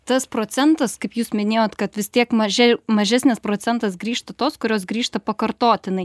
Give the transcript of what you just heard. tas procentas kaip jūs minėjot kad vis tiek mažė mažesnis procentas grįžta tos kurios grįžta pakartotinai